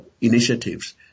initiatives